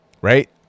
Right